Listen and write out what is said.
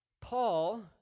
Paul